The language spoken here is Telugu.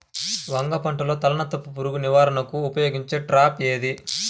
వంగ పంటలో తలనత్త పురుగు నివారణకు ఉపయోగించే ట్రాప్ ఏది?